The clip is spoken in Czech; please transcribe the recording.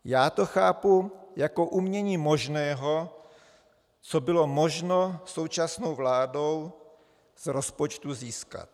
Já to chápu jako umění možného, co bylo možno současnou vládou z rozpočtu získat.